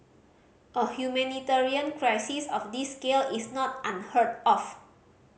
a humanitarian crisis of this scale is not unheard of